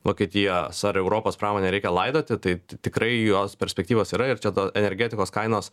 vokietijos ar europos pramonę reikia laidoti tai tikrai jos perspektyvios yra ir čia to energetikos kainos